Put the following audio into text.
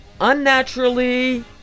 unnaturally